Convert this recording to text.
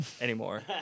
anymore